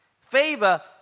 Favor